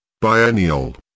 biennial